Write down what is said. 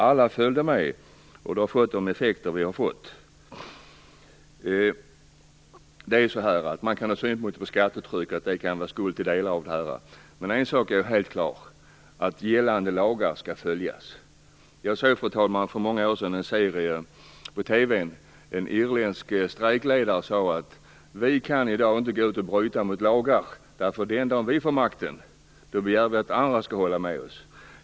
Alla följde med, och det har fått de effekter det har fått. Man kan ha synpunkter på skattetrycket och tänka att det kan vara skuld till delar av det här, men en sak är helt klar: Gällande lagar skall följas. Jag såg för många år sedan en TV-serie där en irländsk strejkledare sade: Vi kan i dag inte gå ut och bryta mot lagar - den dag vi får makten begär vi att andra skall följa lagarna.